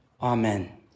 Amen